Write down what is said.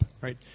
right